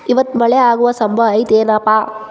ಇವತ್ತ ಮಳೆ ಆಗು ಸಂಭವ ಐತಿ ಏನಪಾ?